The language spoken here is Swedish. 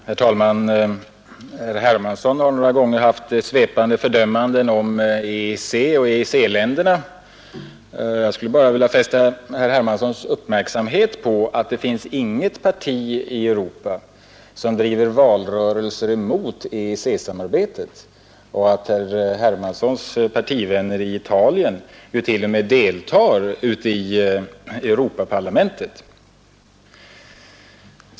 Herr talman! Herr Hermansson har några gånger gjort svepande fördömanden av EEC och EEC-länderna. Jag skulle bara vilja fästa herr Hermanssons uppmärksamhet på att det inte finns något parti i Europa som driver valrörelser emot EEC-samarbetet och att herr Hermanssons partivänner i Italien t.o.m. deltar i Europaparlamentet.